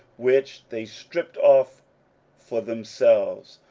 which they stripped off for themselves,